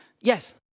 yes